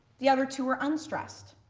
the other two are unstressed.